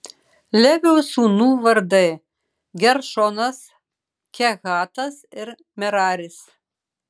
levio sūnų vardai geršonas kehatas ir meraris